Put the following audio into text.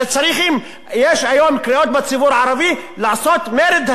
יש היום קריאות בציבור הערבי לעשות מרד אגרה,